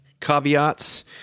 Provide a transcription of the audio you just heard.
caveats